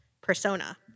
persona